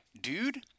dude